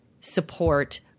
support